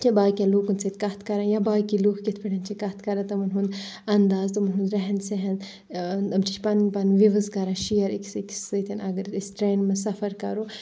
چھِ باقیَن لوٗکَن سۭتۍ کَتھ کَران یا باقٕے لوٗکھ کِتھ پٲٹھۍ چھِ کَتھ کَران تِمَن ہُنٛد اَنٛداز تِمَن ہُنٛد رہَن سہَن تِم چھِ پَنٕنۍ پَنٕنۍ وِوٕز کَران شِیَر أکِس أکِس سۭتۍ اَگَر أسۍ ٹرٛینہِ منٛز سَفَر کَرو